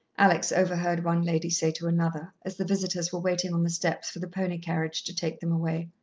alex overheard one lady say to another, as the visitors were waiting on the steps for the pony-carriage to take them away.